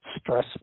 stress